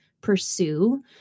pursue